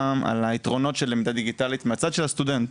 על היתרונות של הלמידה דיגיטלית מהצד של הסטודנט.